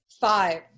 five